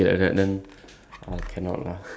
then you walk faster or something lah